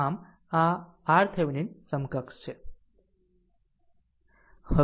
આમ આ RThevenin સમકક્ષ છે